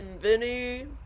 Vinny